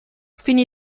finì